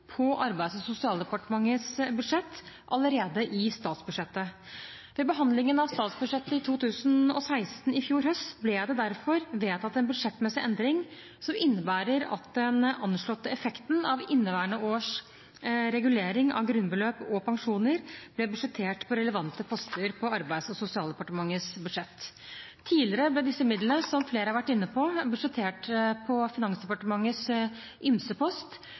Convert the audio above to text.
på Arbeids- og sosialdepartementets budsjett allerede i statsbudsjettet. Ved behandlingen av statsbudsjettet for 20l6 i fjor høst ble det derfor vedtatt en budsjettmessig endring som innebærer at den anslåtte effekten av inneværende års regulering av grunnbeløp og pensjoner ble budsjettert på relevante poster på Arbeids- og sosialdepartementets budsjett. Som flere har vært inne på, ble disse midlene tidligere budsjettert på Finansdepartementets ymsepost,